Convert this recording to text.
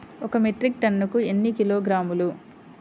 ఒక మెట్రిక్ టన్నుకు ఎన్ని కిలోగ్రాములు?